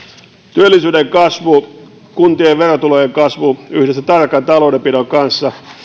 työllisyyden kasvu ja kuntien verotulojen kasvu yhdessä tarkan taloudenpidon kanssa